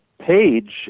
page